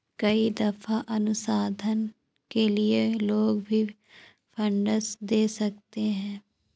कई दफा अनुसंधान के लिए लोग भी फंडस दे सकते हैं